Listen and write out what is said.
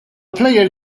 plejer